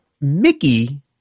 Mickey